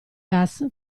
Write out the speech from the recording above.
gas